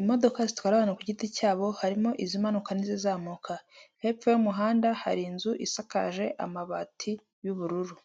imodoka zitwara abantu ku giti cyabo harimo izi mpanuka n'izizamuka hepfo y'umuhanda hari inzu isakaje amabati y'ubururu.